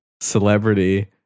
celebrity